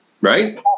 Right